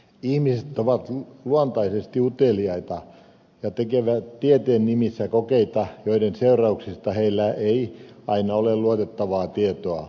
ihmiset ovat luontaisesti uteliaita ja tekevät tieteen nimissä kokeita joiden seurauksista heillä ei aina ole luotettavaa tietoa